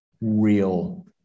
real